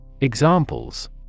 Examples